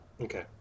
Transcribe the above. Okay